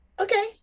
Okay